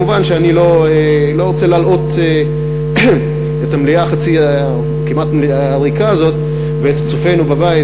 מובן שאני לא רוצה להלאות את המליאה הכמעט-ריקה הזאת ואת צופינו בבית,